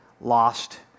lost